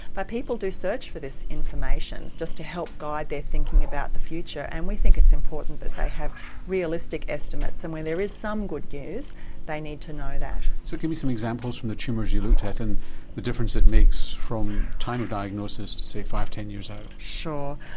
but people do search for this information just to help guide their thinking about the future. and we think it's important that they have realistic estimates, and where there is some good news they need to know that. so give me some examples for the tumours you looked at and the difference it makes from time of diagnosis to say five or ten years out. sure.